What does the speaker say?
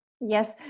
Yes